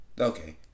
Okay